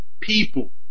people